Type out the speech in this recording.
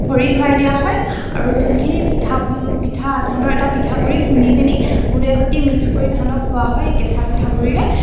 ভৰি ধোৱাই দিয়া হয় আৰু যোনখিনি পিঠা পিঠা তাহাঁতৰ পিঠা গুড়ি খুন্দি পিনি গুৰে সতি মিক্স কৰি তাহাঁতক খুওৱা হয় কেঁচা পিঠাগুড়িৰে